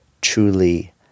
truly